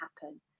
happen